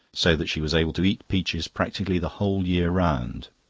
so that she was able to eat peaches practically the whole year round.